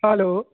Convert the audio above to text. hello